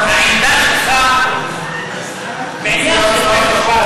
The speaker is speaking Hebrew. לא, העמדה שלך בעניין סידורי חשמל.